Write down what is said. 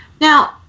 Now